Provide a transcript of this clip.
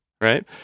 right